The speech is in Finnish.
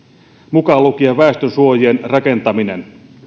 mukaan lukien väestönsuojien rakentaminen